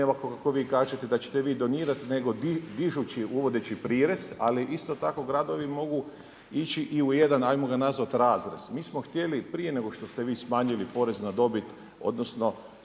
ne ovako kako vi kažete da ćete vi donirati, nego dižući uvodeći prirez, ali isto tako gradovi mogu ići i u jedan, ajmo ga nazvati razrez. Mi smo htjeli prije nego što ste vi smanjili porez na dobit odnosno